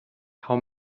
how